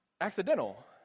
accidental